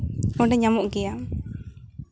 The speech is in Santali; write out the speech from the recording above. ᱚᱸᱰᱮ ᱧᱟᱢᱚᱜ ᱜᱮᱭᱟ